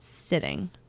sitting